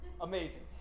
Amazing